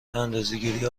اندازهگیری